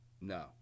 No